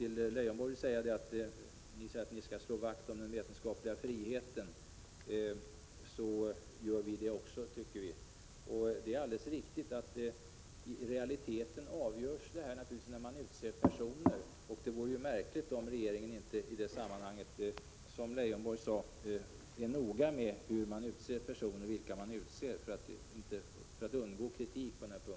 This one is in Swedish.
Lars Leijonborg sade att folkpartiet skall slå vakt om den vetenskapliga friheten, och det gör också vi socialdemokrater. Det är sedan alldeles riktigt att resultaten av ett visst system för styrelseval i realiteten avgörs när personer utses. Det vore märkligt om inte regeringen för att undgå kritik i detta sammanhang blir noga när det gäller vilka personer som utses.